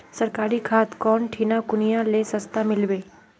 सरकारी खाद कौन ठिना कुनियाँ ले सस्ता मीलवे?